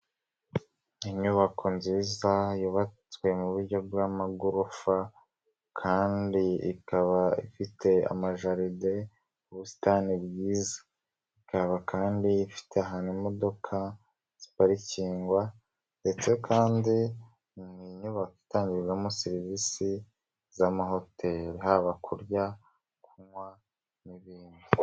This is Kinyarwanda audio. Inyubako nziza, yubatswe mu buryo bw'amagorofa kandi ikaba ifite amajeride, ubusitani bwiza, ikaba kandi ifite ahantu imodoka ziparikingwa ndetse kandi ni inyubako itangirwamo serivisi z'amahoteli, haba kurya, kunywa n'ibindi.